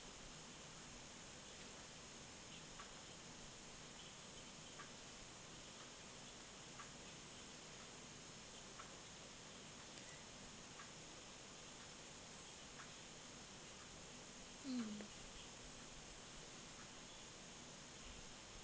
mm